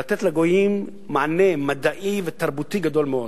לתת לגויים מענה מדעי ותרבותי גדול מאוד.